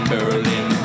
Berlin